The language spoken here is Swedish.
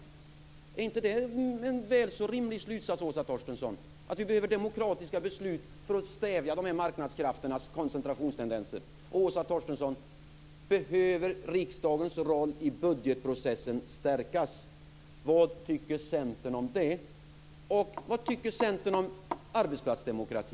Är det inte, Åsa Torstensson, en rimlig slutsats att vi behöver demokratiska beslut för att stävja dessa marknadskrafters koncentrationstendenser? Åsa Torstensson! Behöver riksdagens roll i budgetprocessen stärkas? Vad tycker Centern om det? Och vad tycker Centern om arbetsplatsdemokrati?